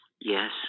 Yes